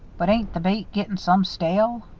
but ain't the bait gittin some stale